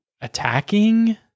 attacking